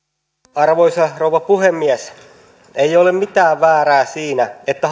arvoisa rouva puhemies ei ole mitään väärää siinä että